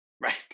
Right